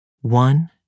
one